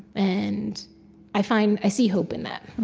and i find i see hope in that